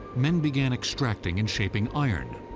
men began extracting and shaping iron.